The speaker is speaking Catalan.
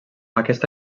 aquesta